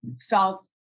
felt